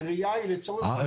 הגריעה היא לצורך הרחבת האכסניה.